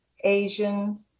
Asian